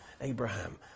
Abraham